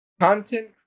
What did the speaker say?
Content